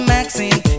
Maxine